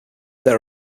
their